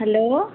hello